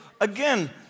again